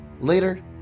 Later